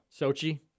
Sochi